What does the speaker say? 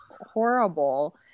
horrible